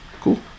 Cool